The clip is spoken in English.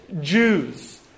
Jews